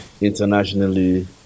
internationally